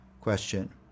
question